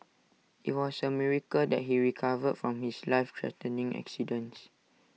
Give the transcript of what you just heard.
IT was A miracle that he recovered from his life threatening accident